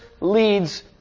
leads